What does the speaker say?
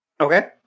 Okay